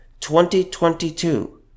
2022